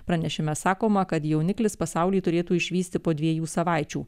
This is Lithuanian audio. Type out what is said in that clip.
pranešime sakoma kad jauniklis pasaulį turėtų išvysti po dviejų savaičių